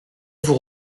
vous